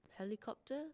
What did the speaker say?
helicopter